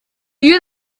you